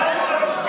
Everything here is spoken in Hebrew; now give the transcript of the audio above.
נא לצאת.